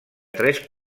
tres